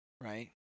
right